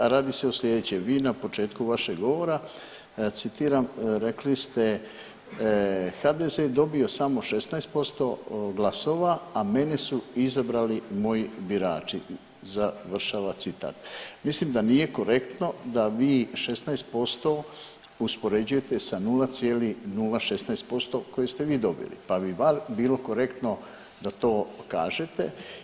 A radi se o sljedećem, vi na početku vašeg govora citiram rekli ste „HDZ je dobio samo 16% glasova, a mene su izabrali moji birači“, mislim da nije korektno da vi 16% uspoređujete sa 0,016% koje ste vi dobili, pa bi bar bilo korektno da to kažete.